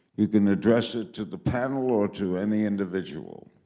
you can address it to the panel or to any individual.